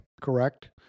correct